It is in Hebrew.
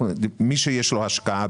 מי שיש לו השקעה,